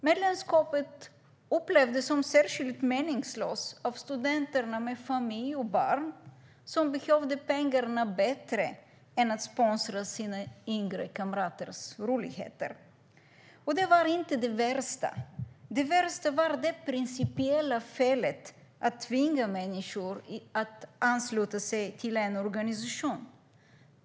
Medlemskapet upplevdes som särskilt meningslöst av studenter med familj och barn, som behövde pengarna bättre än till att sponsra sina yngre kamraters roligheter. Och det var inte det värsta. Det värsta var det principiella felet att tvinga människor att ansluta sig till en organisation.